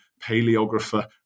paleographer